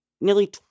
nearly